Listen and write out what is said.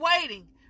waiting